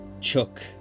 Chuck